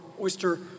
oyster